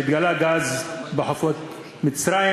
שהתגלה גז בחופי מצרים,